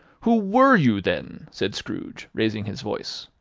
who were you then? said scrooge, raising his voice.